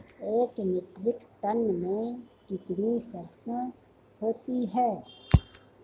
एक metric tonne में कितनी सरसों होती है?